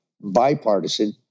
bipartisan